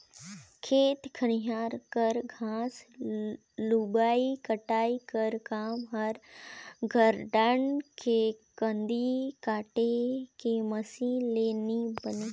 खेत खाएर कर घांस लुबई कटई कर काम हर गारडन के कांदी काटे के मसीन ले नी बने